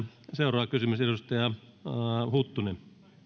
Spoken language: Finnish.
seuraava kysymys edustaja huttunen